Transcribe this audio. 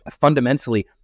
fundamentally